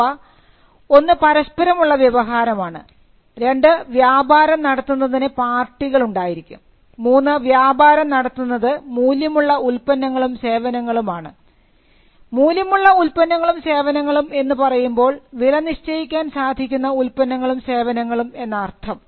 അവ ഒന്ന് പരസ്പരം ഉള്ള വ്യവഹാരമാണ് ആണ് 2 വ്യാപാരം നടത്തുന്നതിന് പാർട്ടികൾ ഉണ്ടായിരിക്കും 3 വ്യവഹാരം നടത്തുന്നത് മൂല്യമുള്ള ഉൽപ്പന്നങ്ങളും സേവനങ്ങളും ആണ് മൂല്യമുള്ള ഉൽപ്പന്നങ്ങളും സേവനങ്ങളും എന്ന് പറയുമ്പോൾ വില നിശ്ചയിക്കാൻ സാധിക്കുന്ന ഉൽപ്പന്നങ്ങളും സേവനങ്ങളും എന്നർത്ഥം